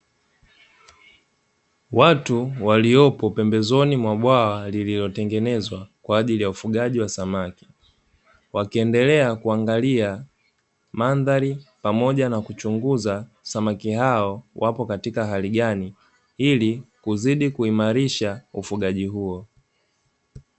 Watu waliopo pembezoni mwa bawa lililotengenezwa kwa ajili ya ufugaji wa samaki wakiendelea kuangalia mandhari pamooja na kuchunguza samaki hao wapo katika hali gani ili kuzidi kuimarisha ufugaji huo.